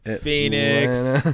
Phoenix